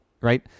Right